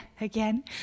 again